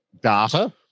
data